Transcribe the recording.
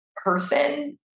Person